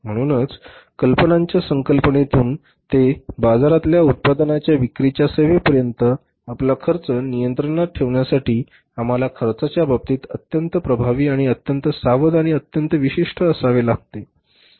म्हणूनच कल्पनांच्या संकल्पनेपासून ते बाजारातल्या उत्पादनांच्या विक्रीच्या सेवेपर्यंत आपला खर्च नियंत्रणात ठेवण्यासाठी आम्हाला खर्चाच्या बाबतीत अत्यंत प्रभावी अत्यंत सावध आणि अत्यंत विशिष्ट असावे लागेल